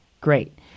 Great